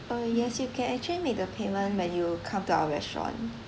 uh yes you can actually made the payment when you come to our restaurant